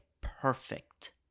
perfect